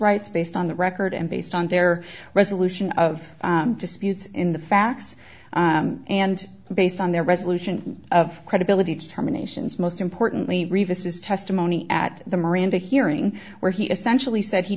rights based on the record and based on their resolution of disputes in the facts and based on their resolution of credibility terminations most importantly this is testimony at the miranda hearing where he essentially said he